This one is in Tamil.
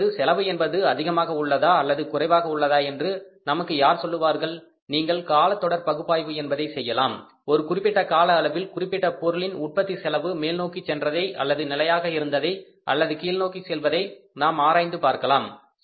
இப்பொழுது செலவு என்பது அதிகமாக உள்ளதா அல்லது குறைவாக உள்ளதா என்று நமக்கு யார் சொல்லுவார்கள் நீங்கள் கால தொடர் பகுப்பாய்வு என்பதை செய்யலாம் ஒரு குறிப்பிட்ட கால அளவில் ஒரு குறிப்பிட்ட பொருளின் உற்பத்தி செலவு மேல் நோக்கி சென்றதை அல்லது நிலையாக இருந்ததை அல்லது கீழ் நோக்கி செல்வதை நாம் ஆராய்ந்து பார்க்கலாம்